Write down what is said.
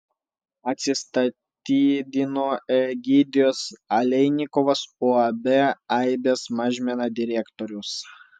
atsistatydino egidijus aleinikovas uab aibės mažmena direktorius